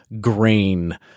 Grain